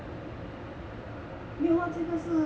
没有它这个是